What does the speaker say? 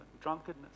drunkenness